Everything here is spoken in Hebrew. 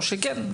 או שכן.